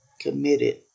committed